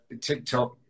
TikTok